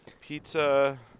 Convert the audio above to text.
Pizza